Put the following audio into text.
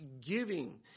giving